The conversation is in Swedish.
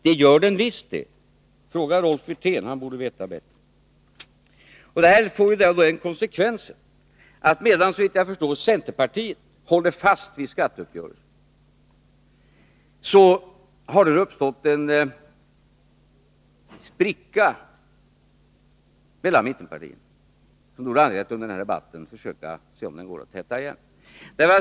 Det gör den visst det! Fråga Rolf Wirtén — han borde veta bättre! Det här får då konsekvensen att det uppstår en spricka mellan mittenpartierna — centern håller såvitt jag förstår fast vid skatteuppgörelsen. Det vore anledning att under den här debatten se om den sprickan går att täta igen.